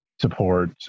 support